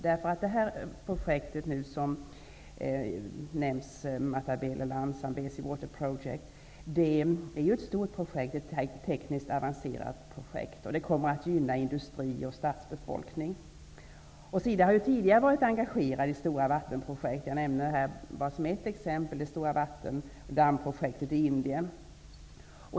Detta projekt, Matabeleland Zambezi Water Projekt, är ett stort och tekniskt avancerat projekt. Det kommer att gynna industri och stadsbefolkning. SIDA har tidigare varit engagerat i stora vattenprojekt. Jag kan såsom ett exempel nämna det stora vattendammprojektet i Indien.